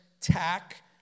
tack